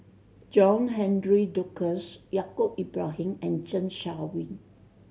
John Henry Duclos Yaacob Ibrahim and Zeng Shouyin